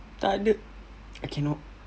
takde I cannot